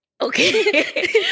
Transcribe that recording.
Okay